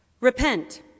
Repent